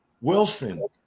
Wilson